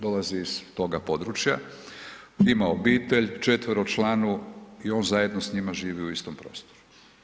Dolazi iz toga područja, ima obitelj četveročlanu i on zajedno s njima živi u istom prostoru.